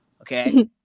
Okay